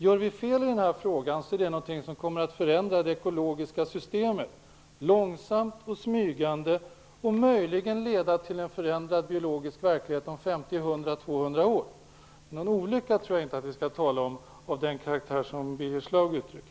Gör vi fel i den här frågan, kommer det att förändra det ekologiska systemet. Det kommer att ske långsamt och smygande och kommer möjligen att leda till en förändrad biologisk verklighet om 50 200 år. Någon olycka av den karaktär som Birger Schlaug ger uttryck för tror jag dock inte att vi skall tala om.